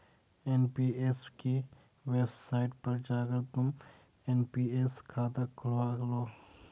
NPS की website पर जाकर तुम एन.पी.एस खाता खुलवा लो